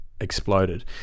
exploded